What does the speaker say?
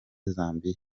zambia